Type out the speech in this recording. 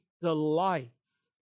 delights